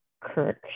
Kirk